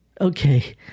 Okay